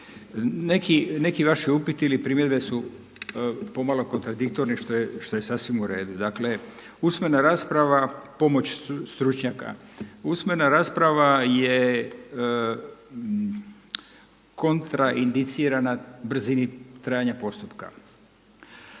neki vaši upiti ili primjedbe su pomalo kontradiktorni što je sasvim u redu. Dakle usmena rasprava pomoć stručnjaka, usmena rasprava je kontra indicirana brzini trajanja postupka.